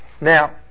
Now